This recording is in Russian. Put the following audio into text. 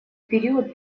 период